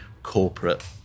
Corporate